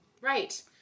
Right